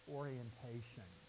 orientation